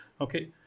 okay